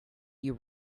you